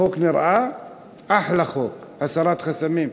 החוק נראה אחלה חוק, הסרת חסמים.